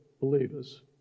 believers